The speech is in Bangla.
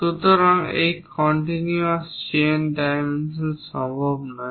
সুতরাং একটি কন্টিনিউয়াস চেইন ডাইমেনশন সম্ভব নয়